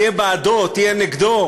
תהיה בעדו או תהיה נגדו,